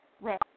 Right